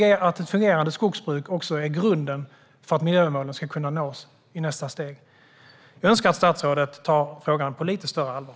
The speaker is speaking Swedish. Ett fungerande skogsbruk är grunden för att miljömålen ska kunna nås i nästa steg. Jag önskar att statsrådet tar frågan på lite större allvar.